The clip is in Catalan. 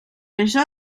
això